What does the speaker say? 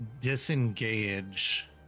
disengage